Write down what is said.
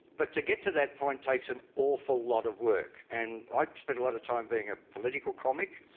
but to get to that point takes an awful lot of work. and i spent a lot of time being a political comic,